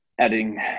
adding